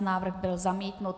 Návrh byl zamítnut.